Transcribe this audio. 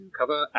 cover